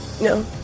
No